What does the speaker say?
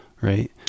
right